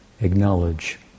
acknowledge